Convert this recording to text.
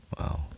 Wow